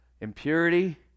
impurity